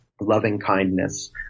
loving-kindness